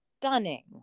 stunning